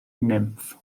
nymff